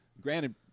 Granted